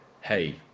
Hey